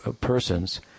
persons